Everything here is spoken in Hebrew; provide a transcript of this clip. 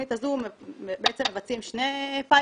התכנית הזו אנחנו מבצעים שני פיילוטים.